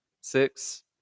six